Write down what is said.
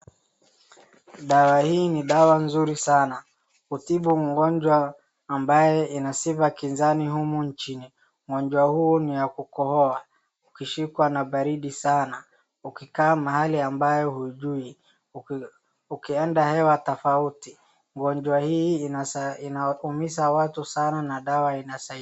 Dawa hii ni dawa nzuri sana, hutibu ugonjwa ambaye ina sifa kinzani humu nchini. Ugonjwa huu ni wa kukohoa, ukishikwa na baridi sana, ukikaa mahali ambayo hujui, ukienda hewa tofauti, ugonjwa hii inaumiza watu sana na dawa inasaidia.